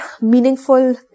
meaningful